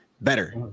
better